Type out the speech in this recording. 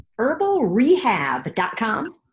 HerbalRehab.com